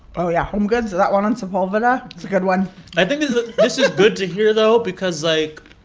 oh, yeah. homegoods and that one on sepulveda. it's a good one i think this is good to hear, though, because, like,